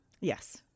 yes